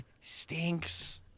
stinks